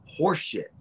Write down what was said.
horseshit